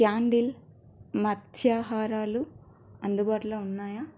క్యాండీలు మత్స్యహారాలు అందుబాటులో ఉన్నాయా